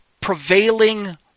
prevailing